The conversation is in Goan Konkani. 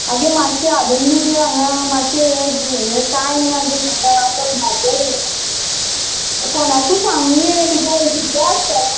आगे मातशे हाडून बी गे हांगा मातशें हे टायम ना गे म्हाका कोणाकूय सांग मगे तुजे वळखीचे आसताले